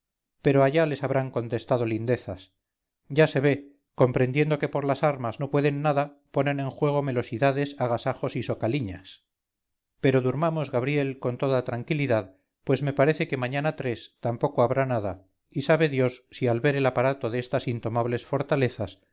pero allá les habrán contestado lindezas ya se ve comprendiendo que por las armas no pueden nada ponen en juego melosidades agasajos y socaliñas pero durmamos gabriel con toda tranquilidad pues me parece que mañana tampoco habrá nada y sabe dios si al ver el aparato de estas intomables fortalezas